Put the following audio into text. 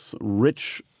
rich